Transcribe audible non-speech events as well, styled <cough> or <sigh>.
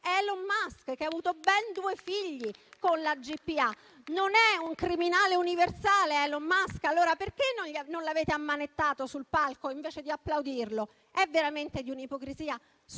Elon Musk, che ha avuto ben due figli con la Gpa. <applause> Non è un criminale universale Elon Musk? Allora perché non l'avete ammanettato sul palco invece di applaudirlo? È veramente un'ipocrisia